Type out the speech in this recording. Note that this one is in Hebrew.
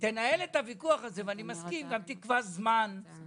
אני מסכים שצריך לנהל את הוויכוח הזה,